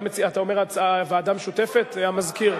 אתה אומר ועדה משותפת, המזכיר?